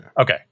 Okay